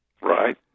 right